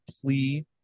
plea